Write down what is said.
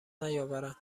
نیاورند